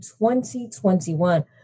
2021